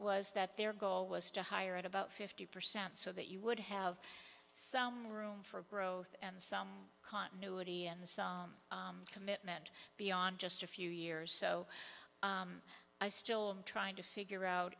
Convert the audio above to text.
was that their goal was to hire at about fifty percent so that you would have some room for growth and some continuity and some commitment beyond just a few years so i still am trying to figure out